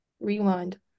rewind